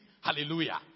Hallelujah